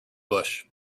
bush